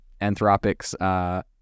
Anthropics